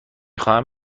خواهم